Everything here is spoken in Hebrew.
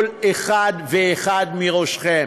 כל אחד ואחד מכם.